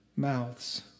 mouths